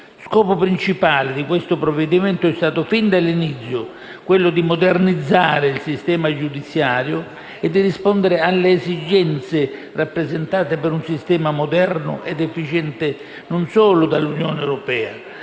Scopo principale di questo provvedimento è stato fin dall'inizio modernizzare il sistema giudiziario e rispondere alle esigenze rappresentate per un sistema moderno ed efficiente non solo dall'Unione europea,